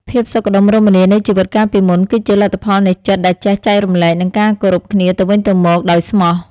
ភាពសុខដុមរមនានៃជីវិតកាលពីមុន គឺជាលទ្ធផលនៃចិត្តដែលចេះចែករំលែក និងការគោរពគ្នាទៅវិញទៅមកដោយស្មោះ។